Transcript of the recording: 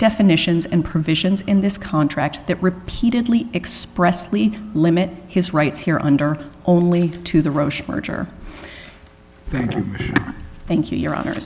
definitions and provisions in this contract that repeatedly expressed lee limit his rights here under only to the roche merger thank you your hon